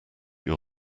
your